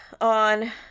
On